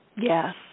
Yes